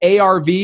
ARV